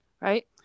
Right